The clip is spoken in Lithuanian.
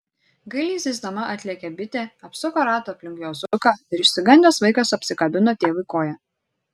gailiai zyzdama atlėkė bitė apsuko ratą aplink juozuką ir išsigandęs vaikas apsikabino tėvui koją